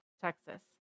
Texas